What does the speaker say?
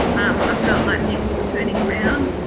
um i felt like things were turning around,